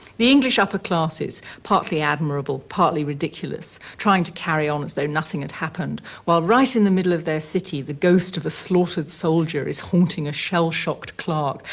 the english upper classes, partly admirable, partly ridiculous, trying to carry on as though nothing had happened while right in the middle of their city, the ghost of a slaughtered soldier is haunting a shell-shocked clark.